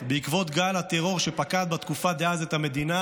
בעקבות גל הטרור שפקד בתקופה דאז את המדינה,